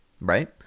Right